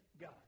God